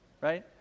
Right